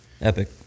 Epic